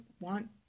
want